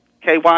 KY